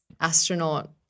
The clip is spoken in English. astronaut